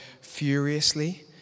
furiously